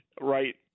right